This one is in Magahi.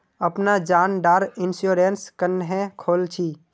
अपना जान डार इंश्योरेंस क्नेहे खोल छी?